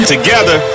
Together